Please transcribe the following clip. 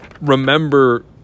remember